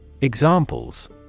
Examples